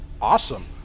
awesome